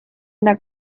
una